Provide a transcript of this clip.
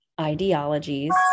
ideologies